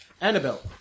Annabelle